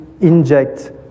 inject